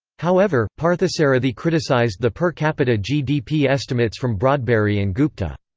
however, parthasarathi criticised the per-capita gdp estimates from broadberry and gupta.